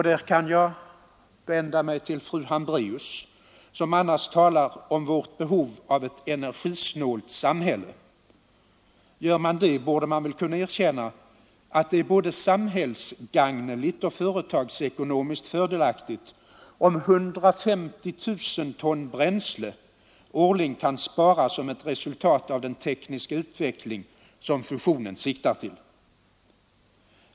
Där kan jag vända mig till fru Hambraeus, som annars talar om vårt behov av ett energisnålt samhälle. Gör man det borde man kunna erkänna, att det är både bränsle årligen kan sparas som ett resultat av den tekniska utveckling som fusionen siktar till.